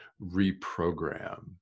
reprogram